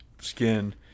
skin